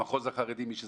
המחוז החרדי מי שזוכר,